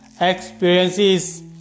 experiences